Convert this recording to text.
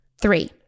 Three